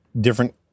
different